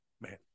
man